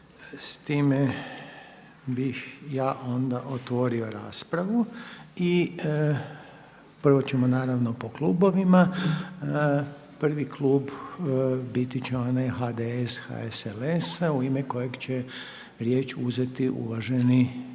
S time bih ja onda otvorio raspravu i prvo ćemo naravno po klubovima. Prvi klub biti će onaj HDS-HSLS u ime kojeg će riječ uzeti uvaženi